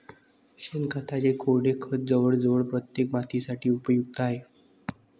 शेणखताचे कोरडे खत जवळजवळ प्रत्येक मातीसाठी उपयुक्त आहे